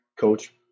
coach